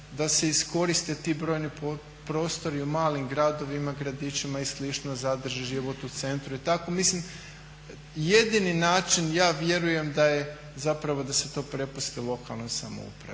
da se iskoriste ti brojni prostori u malim gradovima, gradićima i slično, zadrži život u centru i tako. Jedini način, ja vjerujem da je, zapravo da se to prepusti lokalnoj samoupravi.